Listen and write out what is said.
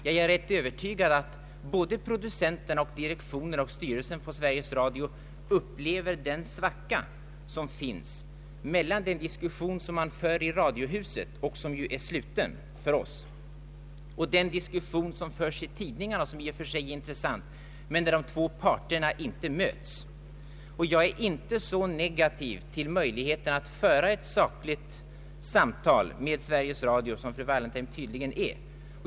Men jag är övertygad om att både producenterna, direktionen och styrelsen på Sve riges Radio upplever den svacka som finns mellan den diskussion, som man för i radiohuset och som är sluten för oss, och den diskussion som förs i tidningarna och som i och för sig är intressant, men där de två parterna inte möts. Jag är inte så negativ till möjligheten att föra ett sakligt samtal med Sveriges Radio som fru Wallentheim tydligen är.